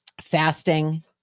fasting